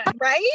right